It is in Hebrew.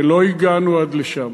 ולא הגענו עד לשם.